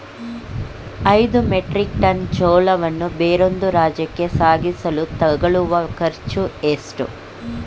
ಐದು metric tonne ಜೋಳವನ್ನು ಬೇರೊಂದು ರಾಜ್ಯಕ್ಕೆ ಸಾಗಿಸಲು ತಗಲುವ ಖರ್ಚು ಎಷ್ಟು?